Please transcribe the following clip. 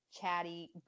chatty